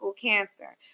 cancer